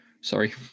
Sorry